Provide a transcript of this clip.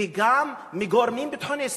וגם מגורמים ביטחוניסטיים.